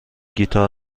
گیتار